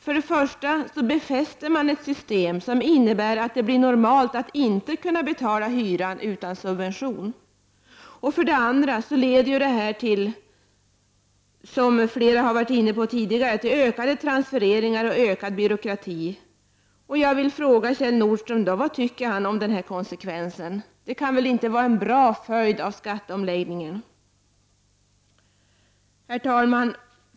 För det första befäster man ett system som innebär att det blir normalt att inte kunna betala hyran utan subvention. För det andra leder detta till ökade transfereringar och ökad byråkrati. Jag vill då fråga Kjell Nordström om vad han anser om den här konsekvensen av skatteomläggningen. Den kan väl ändå inte vara bra? Herr talman!